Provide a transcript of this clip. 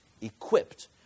equipped